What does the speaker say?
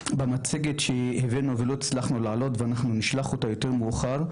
במצגת שהבאנו ולא הצלחנו להעלות ואנחנו נשלח אותה יותר מאוחר,